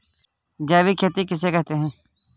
जैविक खेती किसे कहते हैं?